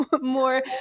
more